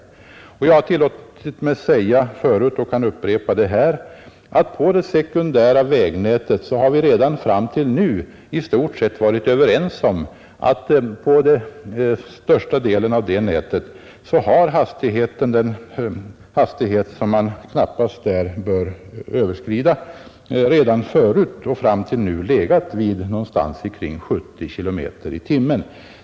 Jag har förut tillåtit mig att säga och kan upprepa det här, att vi för det sekundära vägnätet fram till nu i stort sett varit överens om att på den största delen av detta nät har den hastighet som man knappast har bort överskrida redan förut och fram till nu legat någonstans omkring 70 km i timmen.